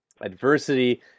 adversity